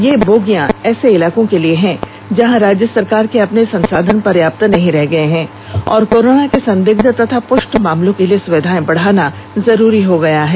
ये बोगियां ऐसे इलाकों के लिए हैं जहां राज्य सरकार के अपने संसाधन पर्याप्त नहीं रह गए हैं और कोरोना के संदिग्ध तथा पृष्ट मामलों के लिए सुविधाएं बढ़ाना जरुरी हो गया है